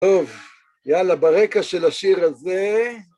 אוף, יאללה, ברקע של השיר הזה.